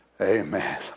Amen